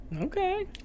Okay